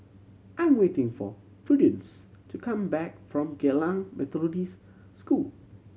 I'm waiting for Prudence to come back from Geylang Methodist School